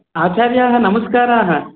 आचार्याः नमस्काराः